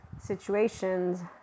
situations